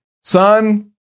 Son